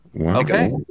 Okay